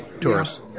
tourists